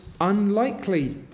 unlikely